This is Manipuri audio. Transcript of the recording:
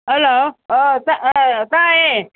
ꯍꯜꯂꯣ ꯇꯥꯏꯌꯦ